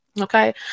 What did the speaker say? okay